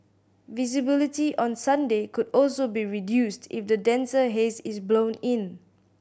visibility on Sunday could also be reduced if the denser haze is blown in